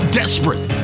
desperate